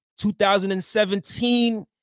2017